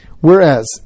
Whereas